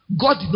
God